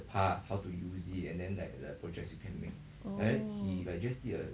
oh